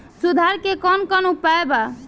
सुधार के कौन कौन उपाय वा?